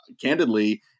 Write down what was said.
candidly